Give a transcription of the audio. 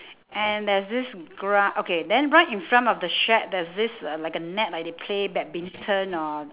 and there's this gra~ okay then right in front of the shack there's this uh like a net like they play badminton or